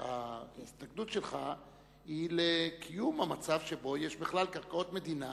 ההסתייגות שלך היא על קיום המצב שבו יש בכלל קרקעות מדינה